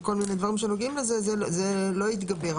זה לא יתגבר.